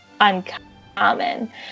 uncommon